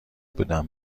بودم